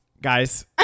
Guys